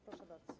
Proszę bardzo.